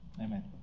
Amen